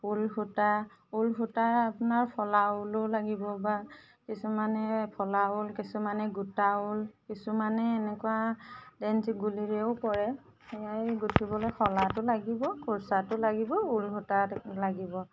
ঊল সূতা ঊল সূতা আপোনাৰ ফলা ঊলো লাগিব বা কিছুমানে ফলা ঊল কিছুমানে গোটা ঊল কিছুমানে এনেকুৱা গুলিৰেও কৰে সেয়া গোঁঠিবলৈ শলাটো লাগিব কোৰচাটো লাগিব ঊল সূতা লাগিব